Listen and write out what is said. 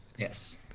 Yes